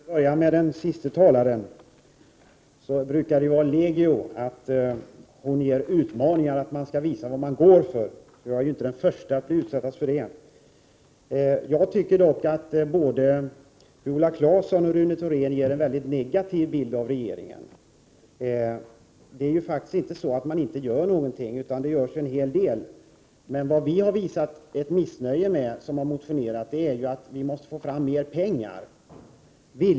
Herr talman! Jag skall börja med att bemöta den siste talaren. Det brukar vara i legio att Viola Claesson ger utmaningar och säger att man skall visa vad man går för. Jag är inte den första som har utsatts för det. Jag tycker dock att både Viola Claesson och Rune Thorén ger en väldigt negativ bild av regeringen. Det är faktiskt inte så att man inte gör någonting, utan det har gjorts en hel del. Vi som har motionerar har visat ett missnöje så till vida att vi anser att man måste få fram mer pengar.